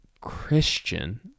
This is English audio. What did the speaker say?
Christian